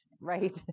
right